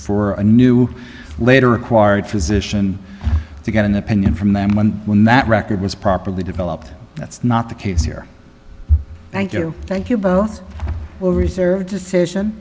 for a new later acquired physician to get an opinion from them one when that record was properly developed that's not the case here thank you thank you both over served decision